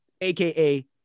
aka